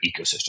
ecosystem